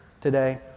today